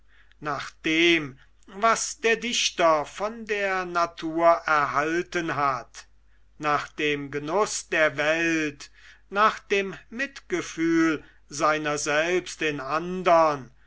nach dem was der dichter von der natur erhalten hat nach dem genuß der welt nach dem mitgefühl seiner selbst in andern